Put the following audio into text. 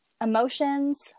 emotions